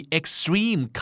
extreme